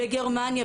בגרמניה,